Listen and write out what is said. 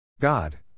God